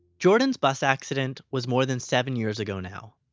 jordan's bus accident was more than seven years ago now.